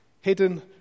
hidden